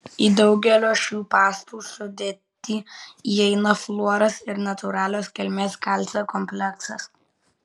į daugelio šių pastų sudėtį įeina fluoras ir natūralios kilmės kalcio kompleksas